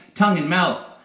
tongue in mouth,